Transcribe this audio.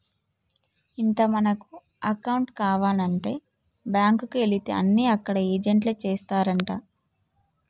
ఇంత మనకు అకౌంట్ కావానంటే బాంకుకు ఎలితే అన్ని అక్కడ ఏజెంట్లే చేస్తారంటా